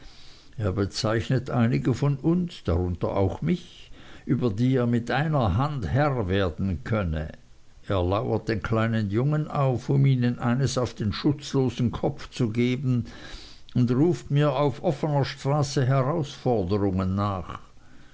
bezeichnet einige von uns darunter auch mich über die er mit einer hand herr werden könne er lauert den kleinern jungen auf um ihnen eins auf den schutzlosen kopf zu geben und ruft mir auf offener straße herausforderungen nach